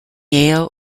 yale